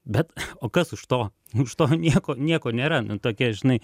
bet o kas už to už to nieko nieko nėra tokia žinai